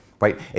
right